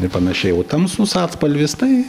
ir panašiai o tamsūs atspalvis tai